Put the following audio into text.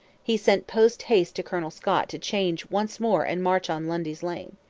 he sent post-haste to colonel scott to change once more and march on lundy's lane.